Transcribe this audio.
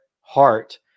heart